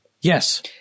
Yes